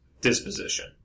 disposition